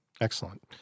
Excellent